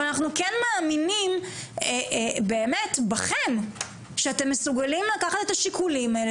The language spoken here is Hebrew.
אבל אנחנו כן מאמינים בכם שאתם מסוגלים לקחת את השיקולים האלה,